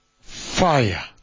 Fire